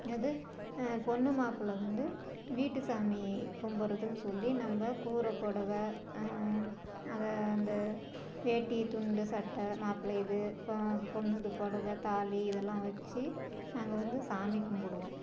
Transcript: இது பொண்ணு மாப்பிள வந்து வீட்டு சாமி கும்பிட்றதுன்னு சொல்லி நம்ப கூரை புடவ அதை அந்த வேட்டி துண்டு சட்டை மாப்பிள்ள இது இப்போ பொண்ணு இது புடவ தாலி இதெல்லாம் வச்சு நாங்கள் வந்து சாமி கும்பிடுவோம்